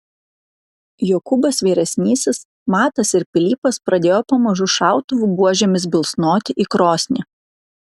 jokūbas vyresnysis matas ir pilypas pradėjo pamažu šautuvų buožėmis bilsnoti į krosnį